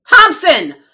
Thompson